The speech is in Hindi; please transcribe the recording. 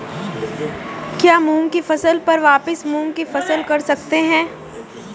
क्या मूंग की फसल पर वापिस मूंग की फसल कर सकते हैं?